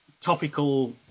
topical